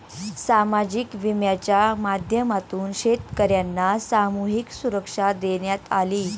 सामाजिक विम्याच्या माध्यमातून शेतकर्यांना सामूहिक सुरक्षा देण्यात आली